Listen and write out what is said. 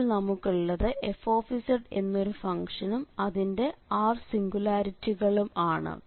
ഇപ്പോൾ നമുക്കുള്ളത് f എന്നൊരു ഫംഗ്ഷനും അതിന്റെ r സിംഗുലാരിറ്റികളും ആണ്